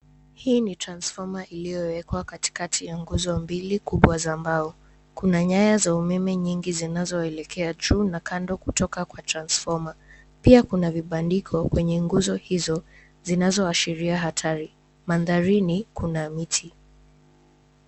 Hii ni transfoma iliyowekwa katikati ya nguzo mbili kubwa za mbao. Kuna nyaya za umeme nyingi zinazoelekea juu na kando kutoka kwa transfoma. Pia kuna vibandiko kwenye nguzo hizo zinazoashiria hatari .Mandharini kuna miti.